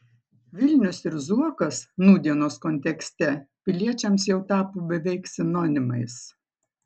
vilnius ir zuokas nūdienos kontekste piliečiams jau tapo beveik sinonimais